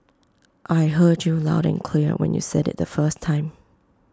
I heard you loud and clear when you said IT the first time